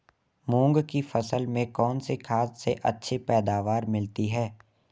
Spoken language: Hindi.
मूंग की फसल में कौनसी खाद से अच्छी पैदावार मिलती है?